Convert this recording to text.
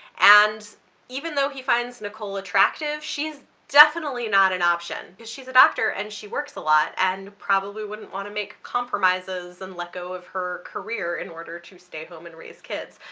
and even though he finds nicole attractive, she's definitely not an option because she's a doctor and she works a lot and probably wouldn't want to make compromises and let go of her career in order to stay home and raise kids.